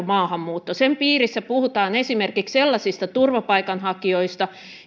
maahanmuutto sen piirissä puhutaan esimerkiksi sellaisista turvapaikanhakijoista